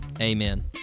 Amen